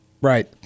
right